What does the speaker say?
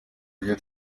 ibyo